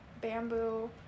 bamboo